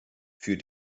für